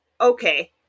okay